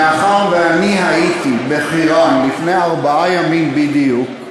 מאחר שאני הייתי בחירן לפני ארבעה ימים בדיוק,